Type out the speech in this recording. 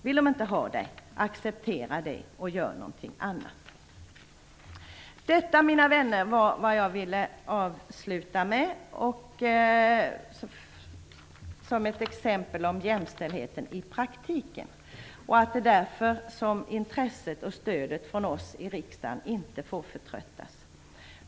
Vill de inte ha dig, acceptera det och gör något annat. Detta, mina vänner, var vad jag ville avsluta med som ett exempel på jämställdheten i praktiken. Det är därför intresset och stödet från oss i riksdagen inte får förtröttas.